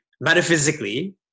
metaphysically